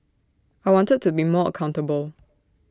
I wanted to be more accountable